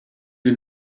you